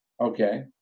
okay